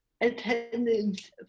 attendance